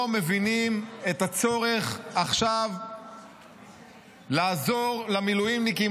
מבינים את הצורך עכשיו לעזור למילואימניקים,